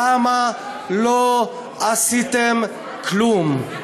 למה לא עשיתם כלום?